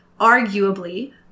arguably